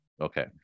Okay